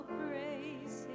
praise